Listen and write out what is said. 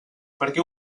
perquè